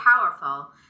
powerful